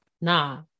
Nah